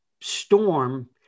storm